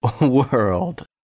World